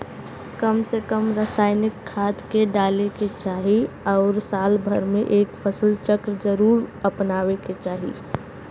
कम से कम रासायनिक खाद के डाले के चाही आउर साल भर में एक फसल चक्र जरुर अपनावे के चाही